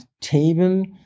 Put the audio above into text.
table